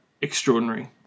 extraordinary